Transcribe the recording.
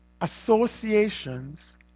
Associations